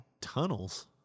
Tunnels